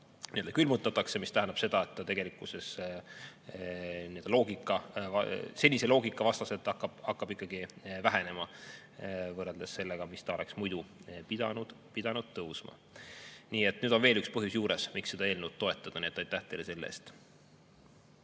külmutatakse, mis tähendab seda, et see tegelikkuses senise loogika vastaselt hakkab ikkagi vähenema võrreldes sellega, mis ta oleks muidu pidanud tõusma. Nii et nüüd on veel üks põhjus juures, miks seda eelnõu toetada. Aitäh teile selle